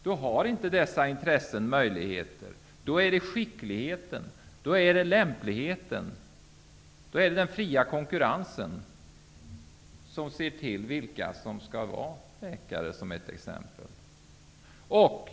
Då har inte dessa intressen möjligheter att påverka, utan då är det skickligheten, lämpligheten och den fria konkurrensen som ser till vilka som skall bli exempelvis läkare.